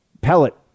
pellet